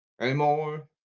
anymore